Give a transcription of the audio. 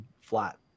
flat